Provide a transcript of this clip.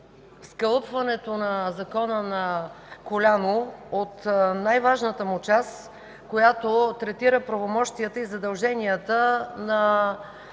скалъпването на Закона „на коляно“, от най-важната му част, която третира правомощията и задълженията на